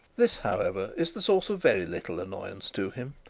this, however, is the source of very little annoyance to him.